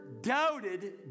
doubted